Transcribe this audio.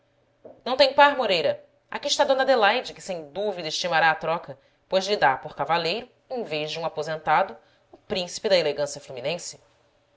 não tem par moreira aqui está d adelaide que sem dúvida estimará a troca pois lhe dá por cavalheiro em vez de um aposentado o príncipe da elegância fluminense